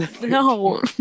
No